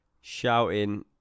shouting